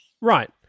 Right